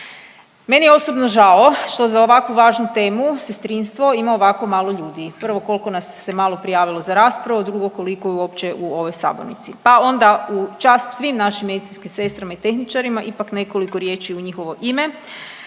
Meni je osobno žao što za ovako važnu temu sestrinstvo ima ovako malo ljudi, prvo koliko nas se malo prijavilo za raspravu, a drugo, koliko je uopće u ovoj sabornici pa onda u čast svim našim medicinskim sestrama i tehničarima ipak nekoliko riječi u njihovo ime.